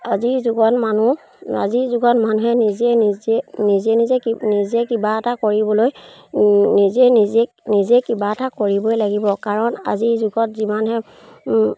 আজিৰ যুগত মানুহ আজিৰ যুগত মানুহে নিজে নিজে নিজে নিজে কিব নিজে কিবা এটা কৰিবলৈ নিজে নিজে নিজে কিবা এটা কৰিবই লাগিব কাৰণ আজিৰ যুগত যিমানহে